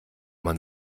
man